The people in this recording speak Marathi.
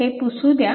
तर हे पुसू द्या